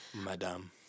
madame